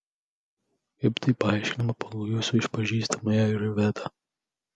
kaip tai paaiškinama pagal jūsų išpažįstamą ajurvedą